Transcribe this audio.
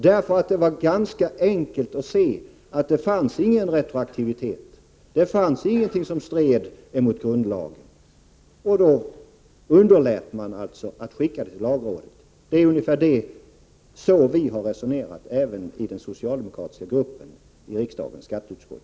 Det var ganska lätt att se att det i det nu aktuella förslaget inte fanns någon retroaktivitet, ingenting som stred mot grundlagen, och då underlät man att skicka förslaget till lagrådet. Det är så vi har resonerat i den socialdemokratiska gruppen i riksdagens skatteutskott.